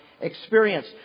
experience